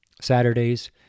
Saturdays